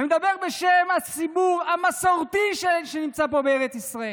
אני מדבר בשם הציבור המסורתי שנמצא פה בארץ ישראל.